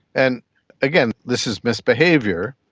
and again, this is misbehaviour.